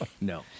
no